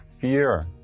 fear